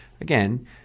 again